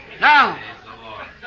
Now